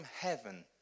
heaven